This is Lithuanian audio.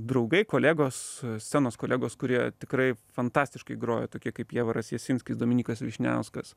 draugai kolegos scenos kolegos kurie tikrai fantastiškai groja tokie kaip jievaras jasinskis dominykas vyšniauskas